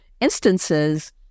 instances